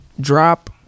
drop